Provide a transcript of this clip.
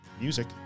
music